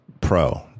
pro